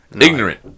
Ignorant